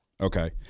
Okay